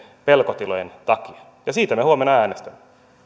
pelkotilojen takia ja siitä me huomenna äänestämme